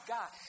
God